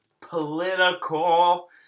political